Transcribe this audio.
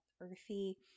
earthy